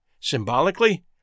Symbolically